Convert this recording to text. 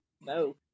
No